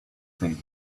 thing